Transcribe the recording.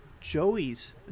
joey's